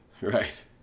Right